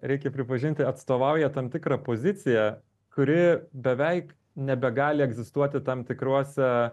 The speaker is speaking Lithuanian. reikia pripažinti atstovauja tam tikrą poziciją kuri beveik nebegali egzistuoti tam tikruose